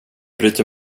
bryter